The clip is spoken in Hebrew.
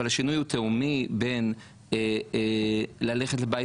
אבל השינוי הוא תהומי בין ללכת לבית